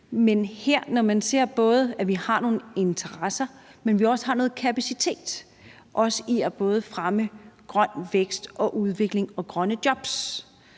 Men når vi her ser, at vi både har nogle interesser og også har noget kapacitet til at fremme både grøn vækst og udvikling og grønne jobs,